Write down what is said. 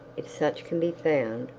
if such can be found,